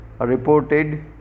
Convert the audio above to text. reported